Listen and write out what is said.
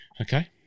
Okay